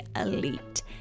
elite